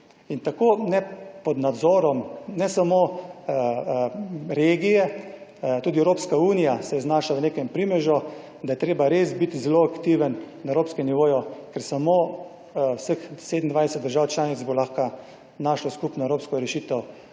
tako ne pod nadzorom, ne samo regije, tudi Evropska unija se je znašla v nekem primežu, da je treba res biti zelo aktiven na evropskem nivoju, ker samo vseh 27 držav članic bo lahko našlo skupno evropsko rešitev,